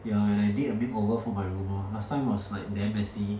ya and I did a makeover for my room lor last time was like damn messy